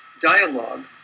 dialogue